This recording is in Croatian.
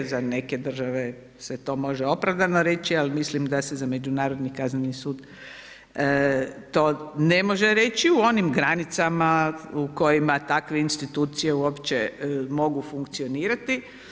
Za neke države se to može opravdano reći, ali mislim da se za Međunarodni kazneni sud to ne može reći u onim granicama u kojima takve institucije uopće mogu funkcionirati.